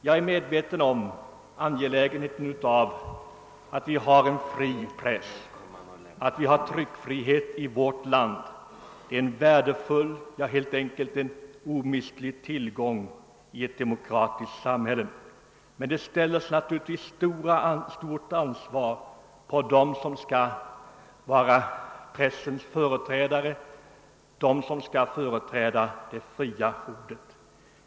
Jag är medveten om angelägenheten av att vi har en fri press. Att vi har tryckfrihet i vårt land är. en värdefull, ja helt enkelt omistlig tillgång i ett demokratiskt samhälle. Men det ställs naturligtvis stora krav' på dem som skall vara pressens företrädare, dem som skall företräda det fria ordet.